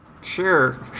sure